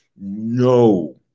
No